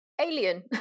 alien